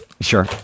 Sure